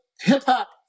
hip-hop